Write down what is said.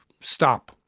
stop